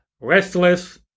restless